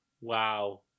Wow